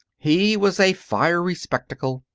he was a fiery spectacle.